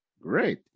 Great